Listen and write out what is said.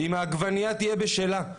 אם העגבנייה תהיה בשלה,